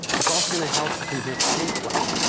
it's also gonna help prevent pinch flats,